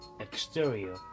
exterior